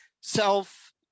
self